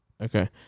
okay